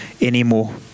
anymore